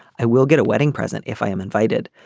i will get a wedding present if i am invited.